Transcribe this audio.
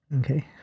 Okay